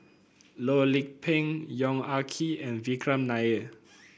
Loh Lik Peng Yong Ah Kee and Vikram Nair